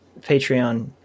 patreon